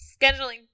scheduling